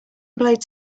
blades